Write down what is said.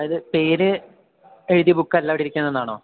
അത് പേര് എഴുതിയ ബുക്കല്ല അവിടെയിരിക്കുന്നതെന്നാണോ